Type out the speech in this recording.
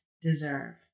deserve